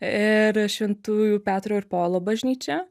ir šventųjų petro ir povilo bažnyčia